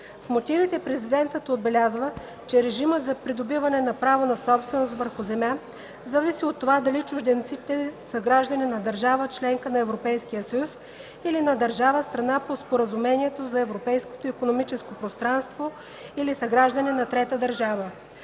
В мотивите президентът отбелязва, че режимът за придобиване на право на собственост върху земя зависи от това, дали чужденците са граждани на държава – членка на Европейския съюз или на държава – страна по Споразумението за Европейското икономическо пространство, или са граждани на трета държава.